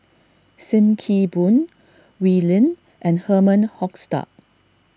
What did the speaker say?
Sim Kee Boon Oi Lin and Herman Hochstadt